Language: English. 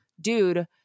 dude